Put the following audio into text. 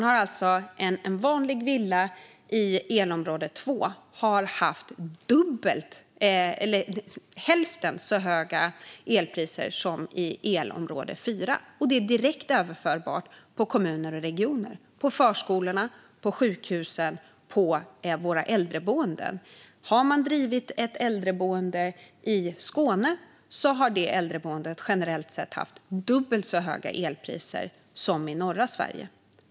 För en vanlig villa i elområde 2 har man haft hälften så höga elpriser som i elområde 4. Det är direkt överförbart på kommuner och regioner, på förskolorna, sjukhusen och våra äldreboenden. Har man drivit ett äldreboende i Skåne har det äldreboendet generellt sett haft dubbelt så höga elpriser som det i norra Sverige.